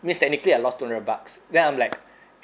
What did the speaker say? means technically I lost two hundred bucks then I'm like